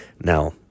Now